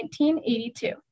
1982